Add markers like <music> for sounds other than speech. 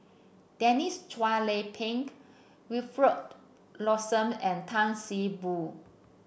Deniss Chua Lay Peng Wilfed Lawson and Tan See Boo <noise>